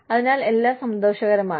അതിനാൽ എല്ലാം സന്തോഷകരമാണ്